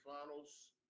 Finals